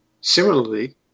Similarly